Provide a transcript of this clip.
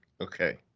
Okay